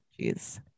Jeez